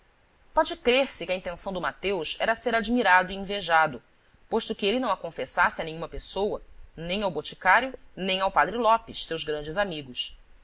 pode crer-se que a intenção do mateus era ser admirado e invejado posto que ele não a confessasse a nenhuma pessoa nem ao boticário nem ao padre lopes seus grandes amigos